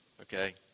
okay